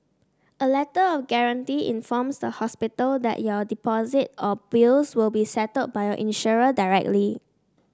a Letter of Guarantee informs the hospital that your deposit or bills will be settled by your insurer directly